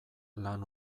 lan